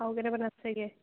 আৰু কেইটা মান আছেগে